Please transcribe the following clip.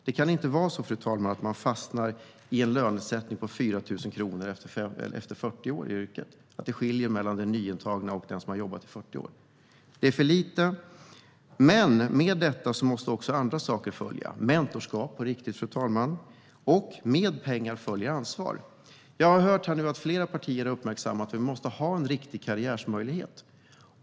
Det kan inte vara så att man ska fastna i en lönesättning där det skiljer 4 000 kronor i lön mellan den som nyligen har börjat och den som har jobbat i 40 år. Det är för lite. Med detta måste också andra saker följa, bland annat mentorskap på riktigt. Med pengar följer ansvar. Jag har hört att flera partier har uppmärksammat att det måste finnas en riktig karriärmöjlighet.